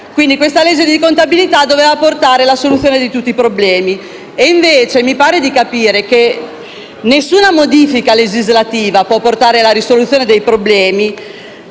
bene. Questa legge di contabilità, quindi, doveva portare alla soluzione di tutti i problemi. Invece, mi pare di capire che nessuna modifica legislativa può portare alla soluzione dei problemi